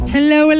Hello